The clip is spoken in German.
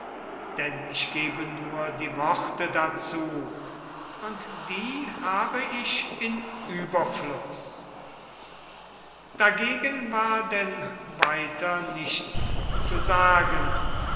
denn ich gebe nur die worte dazu und die habe ich in überfluß dagegen war denn weiter nichts zu sagen